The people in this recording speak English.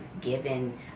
given